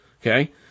okay